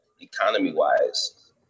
economy-wise